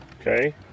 okay